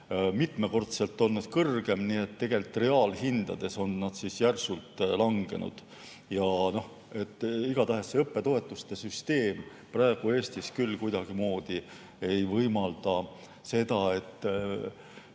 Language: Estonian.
mitmekordselt kõrgem, nii et tegelikult reaalhindades on need järsult langenud. Igatahes see õppetoetuste süsteem praegu Eestis küll kuidagimoodi ei võimalda seda, et